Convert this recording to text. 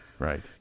Right